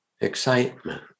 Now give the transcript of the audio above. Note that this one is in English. excitement